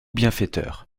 bienfaiteur